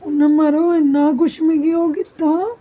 उनें माराज इन्ना किश मिगी ओह् कीता